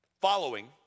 following